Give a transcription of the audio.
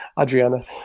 Adriana